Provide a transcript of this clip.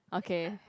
okay